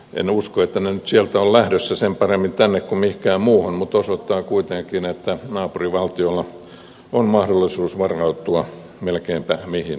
en usko että ne nyt sieltä ovat lähdössä sen paremmin tänne kuin mihinkään muuallekaan mutta tämä osoittaa kuitenkin että naapurivaltiolla on mahdollisuus varautua melkeinpä mihin tahansa